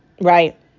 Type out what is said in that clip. right